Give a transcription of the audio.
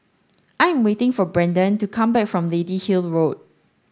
I am waiting for Brendan to come back from Lady Hill Road